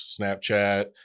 snapchat